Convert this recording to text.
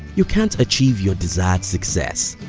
you can't achieve your desired success.